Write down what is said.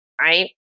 Right